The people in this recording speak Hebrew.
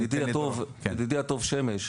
ידידי הטוב שמש,